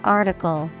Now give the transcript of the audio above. article